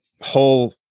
whole